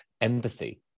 empathy